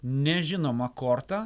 nežinoma korta